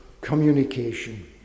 communication